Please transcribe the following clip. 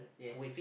yes